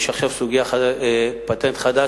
יש עכשיו פטנט חדש,